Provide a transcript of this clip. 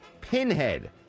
Pinhead